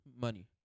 money